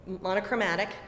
monochromatic